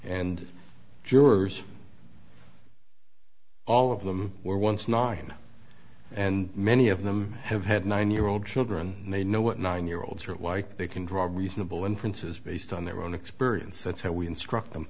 and jurors all of them were once nine and many of them have had nine year old children and they know what nine year olds are like they can draw reasonable inferences based on their own experience that's how we instruct them